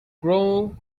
grow